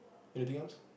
anything else